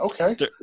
okay